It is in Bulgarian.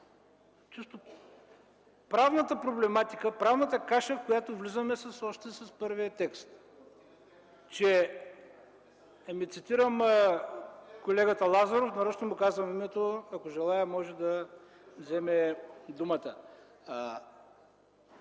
чисто правната проблематика, правната каша, в която влизаме още с първия текст. (Шум и реплики.) Цитирам колегата Лазаров – нарочно му казвам името, ако желае може да вземе думата.